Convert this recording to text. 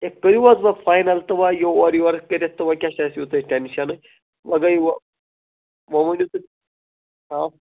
ہے کٔرِو حظ وۅنۍ فاینَل تہٕ وۅنۍ یہِ اورٕیورٕ کٔرِتھ تہٕ وۅنۍ کیٛاہ چھُ اَسہِ یوٗتاہ ٹٮ۪نشَنٕے وۅنۍ گٔے وۅنۍ ؤنِو تُہۍ آ